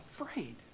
afraid